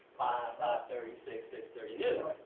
ah thirty, six, six thirty news.